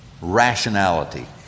rationality